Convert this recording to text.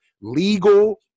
legal